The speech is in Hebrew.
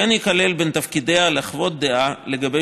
כמו כן יהיו תפקידיה לחוות דעה לגבי